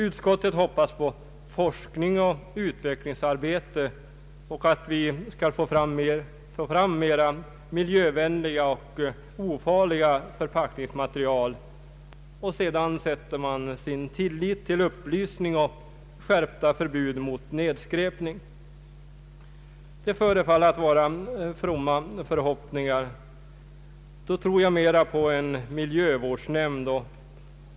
Utskottet hoppas på forskning och utvecklingsarbete och att vi skall få fram mera miljövänliga och ofarliga förpackningsmaterial. Sedan sätter man sin tillit till upplysning och skärpt förbud mot nedskräpning. Det förefaller att vara fromma förhoppningar. Då tror jag mera på en miljövårdsnämnd.